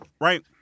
right